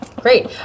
Great